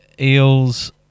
Eels